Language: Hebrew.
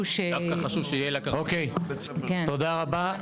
אוקיי, תודה רבה.